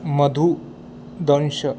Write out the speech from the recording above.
मधु दंश